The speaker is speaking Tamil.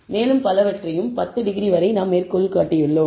மேலும் பலவற்றையும் 10 டிகிரி வரை நாம் மேற்கோள் காட்டியுள்ளோம்